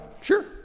Sure